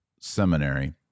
seminary